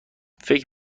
فکر